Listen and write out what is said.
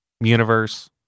universe